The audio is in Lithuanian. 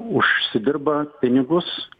užsidirba pinigus